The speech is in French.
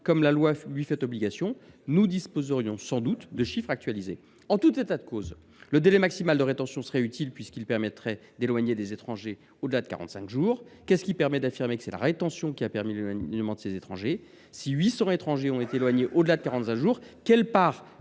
comme la loi lui en fait obligation, nous disposerions sans doute de chiffres actualisés. En tout état de cause, le délai maximal de rétention serait utile, puisqu’il permettrait d’éloigner des étrangers au delà de quarante cinq jours. Qu’est ce qui permet d’affirmer que c’est la rétention qui a permis l’éloignement de ces étrangers ? Si 800 étrangers ont été éloignés au delà de quarante cinq jours, quelle part